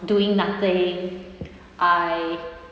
doing nothing I